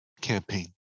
campaign